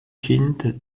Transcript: kind